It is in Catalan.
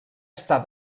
està